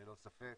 ללא ספק.